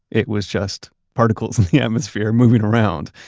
it was just particles in the atmosphere moving around.